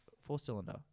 four-cylinder